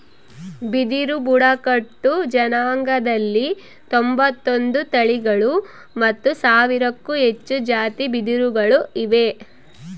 ಬಿದಿರು ಬುಡಕಟ್ಟು ಜನಾಂಗದಲ್ಲಿ ತೊಂಬತ್ತೊಂದು ತಳಿಗಳು ಮತ್ತು ಸಾವಿರಕ್ಕೂ ಹೆಚ್ಚು ಜಾತಿ ಬಿದಿರುಗಳು ಇವೆ